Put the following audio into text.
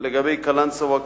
לגבי קלנסואה,